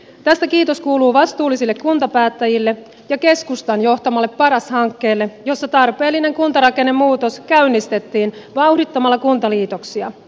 tästä kiitos kuuluu vastuullisille kuntapäättäjille ja keskustan johtamalle paras hankkeelle jossa tarpeellinen kuntarakennemuutos käynnistettiin vauhdittamalla kuntaliitoksia